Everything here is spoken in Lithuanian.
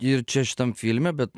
ir čia šitam filme bet